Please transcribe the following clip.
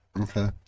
Okay